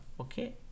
Okay